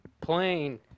plane